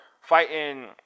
fighting